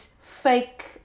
fake